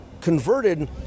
converted